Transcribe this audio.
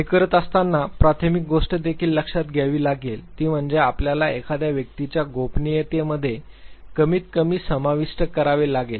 हे करत असताना प्राथमिक गोष्ट देखील लक्षात घ्यावी लागेल ती म्हणजे आपल्याला एखाद्या व्यक्तीच्या गोपनीयतेमध्ये कमीतकमी समाविष्ट करावे लागेल